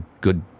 good